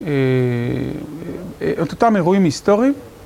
את אותם אירועים היסטוריים.